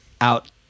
out